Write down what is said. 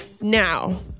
now